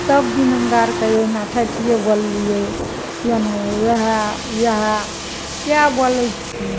सभदिन हमरा आरके अहिना ठेठिये बोललियै यानि ओहे ओहे इएह बोलय छियै